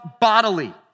bodily